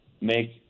make